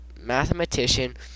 mathematician